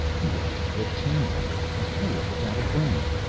you are as the tand, a fool without a brain.